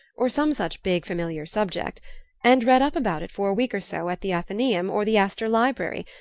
or some such big familiar subject and read up about it for a week or so at the athenaeum or the astor library,